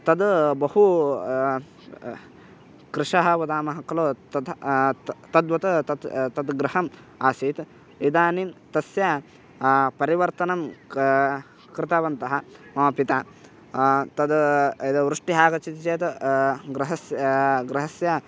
तद् बहु कृषः वदामः खलु तथा तद्वत् तत् तद् गृहम् आसीत् इदानीं तस्य परिवर्तनं क कृतवन्तः मम पिता तद् यदा वृष्टिः आगच्छति चेत् गृहस्य गृहस्य